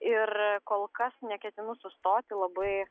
ir kol kas neketinu sustoti labai